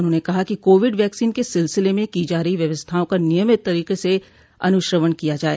उन्होंने कहा कि कोविड वैक्सीन के सिलसिले में की जा रही व्यवस्थाओं का नियमित तरीके से अन्श्रवण किया जाय